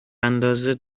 اندازه